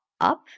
up